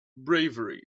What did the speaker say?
bravery